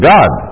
God